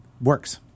works